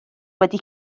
wedi